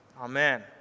Amen